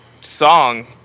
song